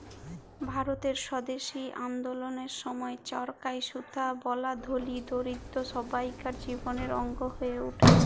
ভারতের স্বদেশী আল্দললের সময় চরখায় সুতা বলা ধলি, দরিদ্দ সব্বাইকার জীবলের অংগ হঁয়ে উঠে